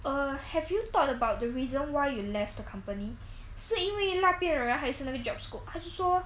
err have you thought about the reason why you left the company 是因为那边的人还是那个 job scope 还是说